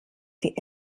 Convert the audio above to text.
die